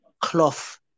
cloth